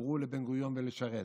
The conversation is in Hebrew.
אמרו לבן-גוריון ולשרת: